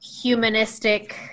humanistic